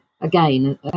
again